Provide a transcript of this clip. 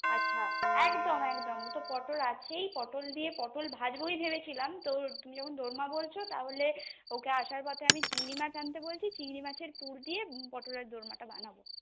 আচ্ছা একদম একদম তো পটল আছেই পটল দিয়ে পটল ভাজবোই ভেবে ছিলাম তো তুমি যখন দোরমা বলছ তাহলে ওকে আসার পথে আমি চিংড়ি মাছ আনতে বলছি চিংড়ি মাছের পুর দিয়ে পটলের দোরমাটা বানাবো